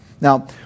Now